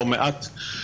לאחרונה טסתי לא מעט,